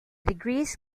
degrees